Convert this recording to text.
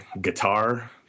guitar